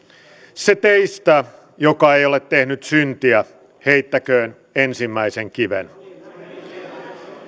se teistä joka ei ole tehnyt syntiä heittäköön ensimmäisen kiven